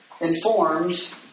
informs